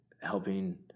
helping